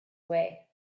way